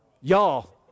Y'all